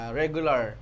regular